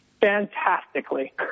Fantastically